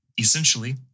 essentially